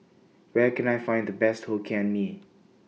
Where Can I Find The Best Hokkien Mee